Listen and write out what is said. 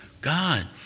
God